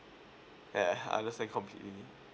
yeah I understand completely